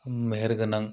मेहेरगोनां